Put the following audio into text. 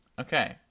Okay